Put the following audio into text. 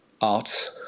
art